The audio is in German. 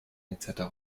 etc